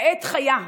כעת חיה,